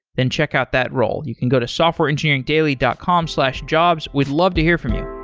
then check out that role. you can go to softwareengineeringdaily dot com slash jobs. we'd love to hear from you.